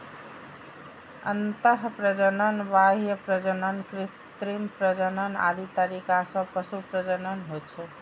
अंतः प्रजनन, बाह्य प्रजनन, कृत्रिम प्रजनन आदि तरीका सं पशु प्रजनन होइ छै